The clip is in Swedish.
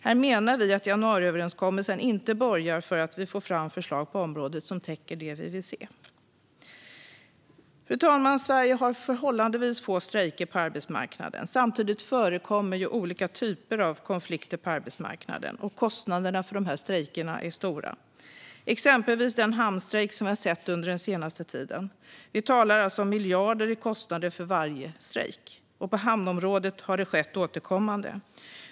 Här menar vi att januariöverenskommelsen inte borgar för att vi får fram förslag på området som täcker det vi vill se. Fru talman! Sverige har förhållandevis få strejker på arbetsmarknaden. Samtidigt förekommer olika typer av konflikter på arbetsmarknaden. Kostnaderna för de strejkerna är stora. Det gäller exempelvis den hamnstrejk vi sett under den senaste tiden. Vi talar om miljarder i kostnader för varje strejk, och på hamnområdet har det skett återkommande.